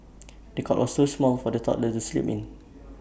the cot was so small for the toddler to sleep in